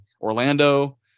Orlando